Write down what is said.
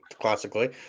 classically